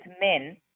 men